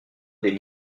des